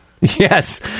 Yes